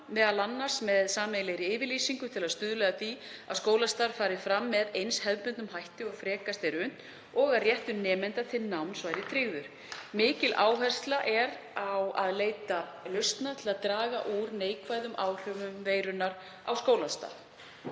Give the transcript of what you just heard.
saman, m.a. með sameiginlegri yfirlýsingu til að stuðla að því að skólastarf fari fram með eins hefðbundnum hætti og frekast er unnt og að réttur nemenda til náms verði tryggður. Mikil áhersla er á að leita lausna til að draga úr neikvæðum áhrifum veirunnar á skólastarf.